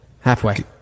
halfway